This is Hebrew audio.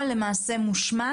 למעשה מושמד?